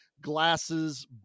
glasses